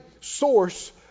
source